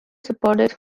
supported